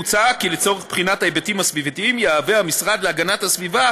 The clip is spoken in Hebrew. מוצע כי לצורך בחינת ההיבטים הסביבתיים יהיה המשרד להגנת הסביבה